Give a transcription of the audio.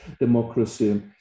Democracy